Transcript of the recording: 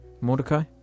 Mordecai